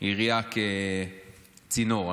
עירייה כצינור,